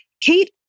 Kate